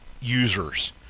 users